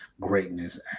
greatness